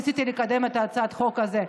ניסיתי לקדם את הצעת החוק הזאת.